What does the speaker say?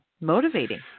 motivating